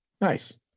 Nice